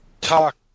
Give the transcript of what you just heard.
talk